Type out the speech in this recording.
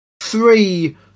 three